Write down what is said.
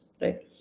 right